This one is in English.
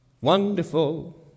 Wonderful